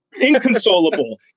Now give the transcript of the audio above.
inconsolable